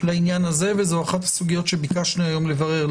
לעניין הזה, וזאת אחת הסוגיות שביקשנו היום לברר.